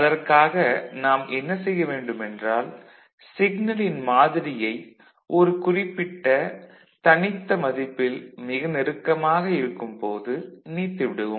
அதற்காக நாம் என்ன செய்ய வேண்டும் என்றால் சிக்னலின் மாதிரியை ஒரு குறிப்பிட்ட தனித்த மதிப்பில் மிக நெருக்கமாக இருக்கும் போது இணைத்து விடுவோம்